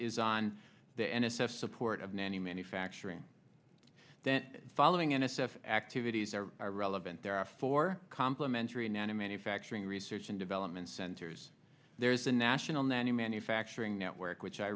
is on the n s f support of nanny manufacturing following n s f activities are relevant there are four complementary inanna manufacturing research and development centers there is a national nanny manufacturing network which i